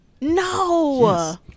No